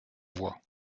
voix